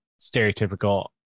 stereotypical